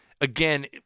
again